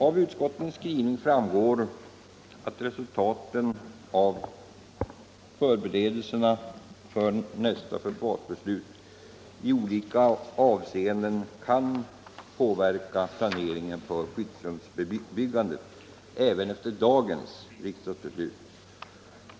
Av utskottets skrivning framgår att resultaten av förberedelserna för nästa försvarsbeslut i olika avseenden kan påverka planeringen för skyddsrumsbyggandet även efter dagens riksdagsbeslut.